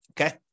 Okay